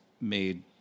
made